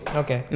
okay